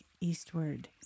eastward